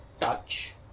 Touch